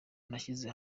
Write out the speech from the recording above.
nashyize